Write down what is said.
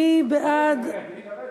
מי בעד, מי נגד?